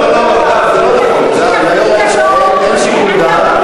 אתה אחר כך גם אומר שיש ליושב-ראש שיקול דעת,